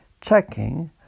checking